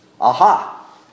Aha